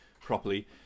properly